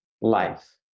Life